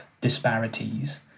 disparities